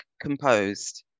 composed